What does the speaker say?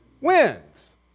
wins